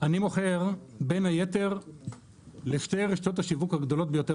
אני מוכר בין היתר לשתי רשתות השיווק הגדולות ביותר